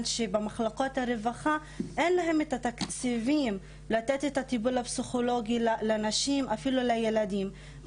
אני מטפלת במקרה שפתאום משרד הרווחה הפסיק את הסבסוד לילדים במשפחתון,